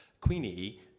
Queenie